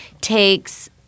takes